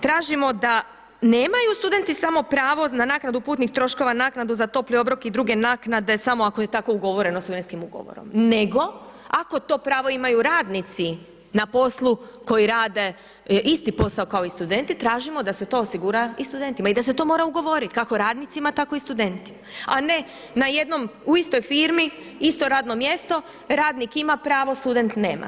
Tražimo da nemaju studenti samo pravo na naknadu putnih troškova, naknadu za topli obrok i druge naknade samo ako je tako ugovoreno studentskim ugovorom, nego ako to pravo imaju radnici na poslu koji rade isti posao kao i studenti tražimo da se to osigura i studentima i da se to mora ugovoriti kako radnicima tako i studentima, a ne na jednom u istoj firmi isto radno mjesto radnik ima pravo, student nema.